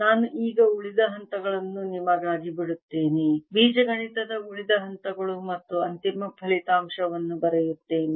ನಾನು ಈಗ ಉಳಿದ ಹಂತಗಳನ್ನು ನಿಮಗಾಗಿ ಬಿಡುತ್ತೇನೆ ಬೀಜಗಣಿತದ ಉಳಿದ ಹಂತಗಳು ಮತ್ತು ಅಂತಿಮ ಫಲಿತಾಂಶವನ್ನು ಬರೆಯುತ್ತೇನೆ